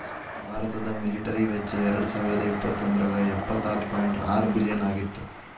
ಭಾರತದ ಮಿಲಿಟರಿ ವೆಚ್ಚ ಎರಡಸಾವಿರದ ಇಪ್ಪತ್ತೊಂದ್ರಾಗ ಎಪ್ಪತ್ತಾರ ಪಾಯಿಂಟ್ ಆರ ಬಿಲಿಯನ್ ಆಗಿತ್ತ